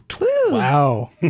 wow